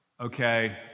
Okay